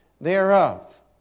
thereof